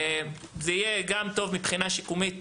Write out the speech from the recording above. זה יהיה גם טוב מבחינה שיקומית